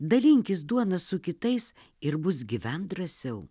dalinkis duona su kitais ir bus gyvent drąsiau